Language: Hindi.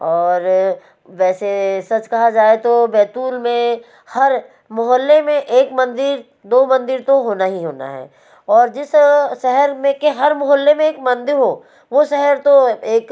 और वैसे सच कहा जाए तो बैतूल में हर मोहल्ले में एक मंदिर दो मंदिर तो होना ही होना है और जिस शहर में के हर मोहल्ले में एक मंदिर हो वो शहर तो एक